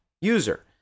user